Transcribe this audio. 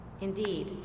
Indeed